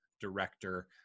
director